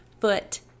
foot